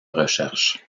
recherche